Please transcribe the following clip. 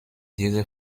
diese